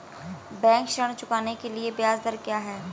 Bank ऋण चुकाने के लिए ब्याज दर क्या है?